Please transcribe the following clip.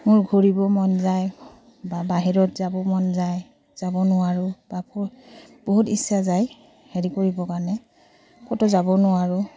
মোৰ ঘূৰিব মন যায় বা বাহিৰত যাব মন যায় যাব নোৱাৰোঁ বা বহুত ইচ্ছা যায় হেৰি কৰিবৰ কাৰণে ক'তো যাব নোৱাৰোঁ